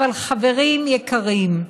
אבל חברים יקרים,